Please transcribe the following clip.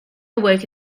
awoke